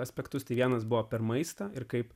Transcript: aspektus tai vienas buvo per maistą ir kaip